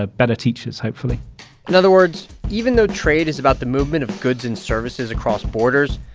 ah better teachers, hopefully in other words, even though trade is about the movement of goods and services across borders,